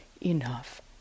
enough